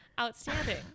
Outstanding